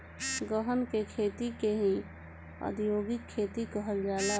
गहन के खेती के ही औधोगिक खेती कहल जाला